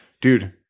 Dude